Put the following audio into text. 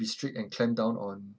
restrict and clamp down on